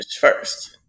first